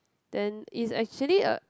then it's actually a